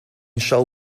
shall